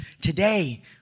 Today